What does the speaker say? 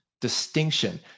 distinction